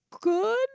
good